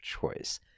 choice